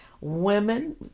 women